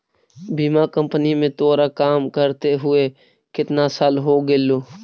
बीमा कंपनी में तोरा काम करते हुए केतना साल हो गेलो